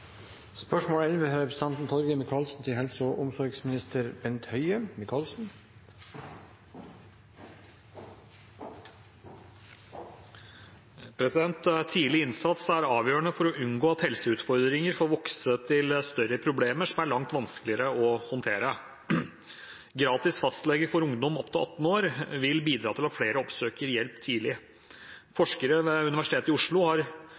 innsats er avgjørende for å unngå at helseutfordringer får vokse til større problemer som er langt vanskeligere å håndtere. Gratis fastlege for ungdom opp til 18 år vil bidra til at flere oppsøker hjelp tidlig. Forskere ved UiO har